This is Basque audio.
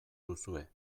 duzue